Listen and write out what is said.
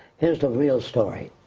here's the real story.